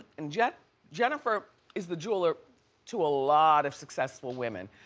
and jennifer jennifer is the jeweler to a lot of successful women,